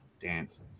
dances